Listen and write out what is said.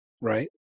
right